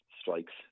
strikes